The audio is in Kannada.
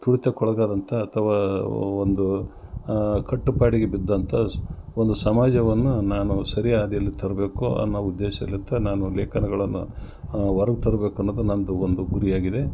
ತುಳಿತಕ್ಕೆ ಒಳಗಾದಂಥ ಅಥವಾ ಒಂದು ಕಟ್ಟು ಪಾಡಿಗೆ ಬಿದ್ದಂಥ ಸ ಒಂದು ಸಮಾಜವನ್ನು ನಾನು ಸರಿ ಹಾದಿಯಲ್ಲಿ ತರಬೇಕು ಅನ್ನೋ ಉದ್ದೇಶಲಿಂದ ನಾನು ಲೇಖನಗಳನ್ನು ಹೊರಗೆ ತರಬೇಕು ಅನ್ನೋದು ನಂದು ಒಂದು ಗುರಿಯಾಗಿದೆ